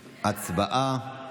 הצבעה.